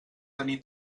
tenir